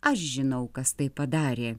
aš žinau kas tai padarė